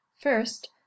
First